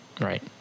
Right